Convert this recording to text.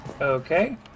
Okay